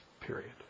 period